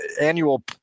annual